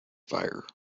fire